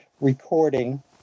recording